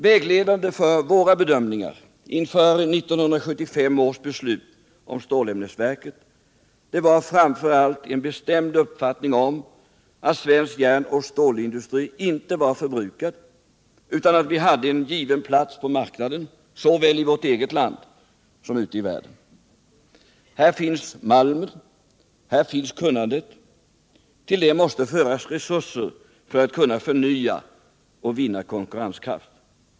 Vägledande för våra bedömningar inför 1975 års beslut om stålämnes verket var framför allt en bestämd uppfattning om att svensk järnoch stålindustri inte var förbrukad, utan att vi hade en given plats på marknaden såväl i vårt eget land som ute i världen. Här finns malmen och kunnandet, och till det måste föras resurser för att kunna förnya och vinna konkurrenskraft.